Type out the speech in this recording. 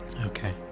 Okay